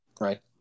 Right